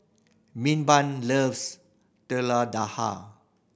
Milburn loves Telur Dadah